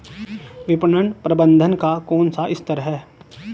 विपणन प्रबंधन का कौन सा स्तर है?